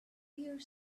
here